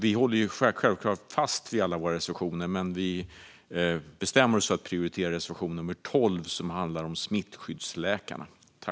Vi håller självklart fast vid alla våra reservationer, men vi bestämmer oss för att prioritera och yrka bifall till reservation 12, som handlar om smittskyddsläkarna.